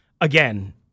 again